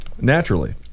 Naturally